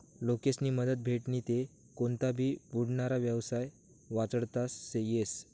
लोकेस्नी मदत भेटनी ते कोनता भी बुडनारा येवसाय वाचडता येस